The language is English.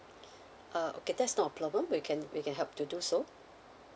uh okay that's no problem we can we can help to do so